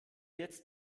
jetzt